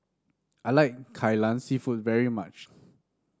I like Kai Lan seafood very much